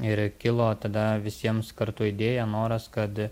ir kilo tada visiems kartu idėja noras kad